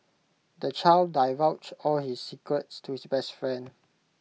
the child divulged all his secrets to his best friend